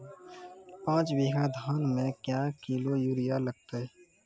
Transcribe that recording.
पाँच बीघा धान मे क्या किलो यूरिया लागते?